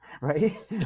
right